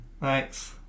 thanks